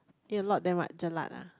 eat a lot then what jelat ah